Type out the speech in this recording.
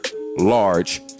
large